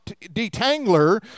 detangler